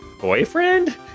boyfriend